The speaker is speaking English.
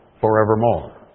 forevermore